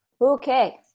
Okay